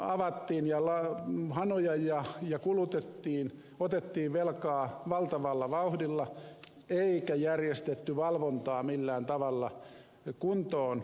avattiin hanoja ja kulutettiin otettiin velkaa valtavalla vauhdilla eikä järjestetty valvontaa millään tavalla kuntoon